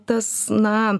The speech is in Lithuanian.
tas na